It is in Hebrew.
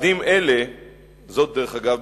דרך אגב,